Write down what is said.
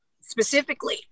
specifically